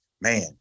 man